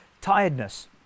tiredness